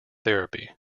therapy